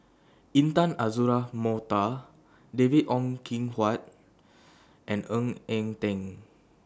Intan Azura Mokhtar David Ong Kim Huat and Ng Eng Teng